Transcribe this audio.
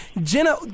Jenna